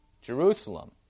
Jerusalem